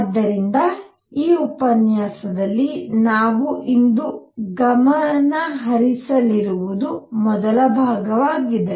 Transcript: ಆದ್ದರಿಂದ ಈ ಉಪನ್ಯಾಸದಲ್ಲಿ ನಾವು ಇಂದು ಗಮನಹರಿಸಲಿರುವುದು ಮೊದಲ ಭಾಗವಾಗಿದೆ